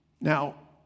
Now